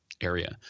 area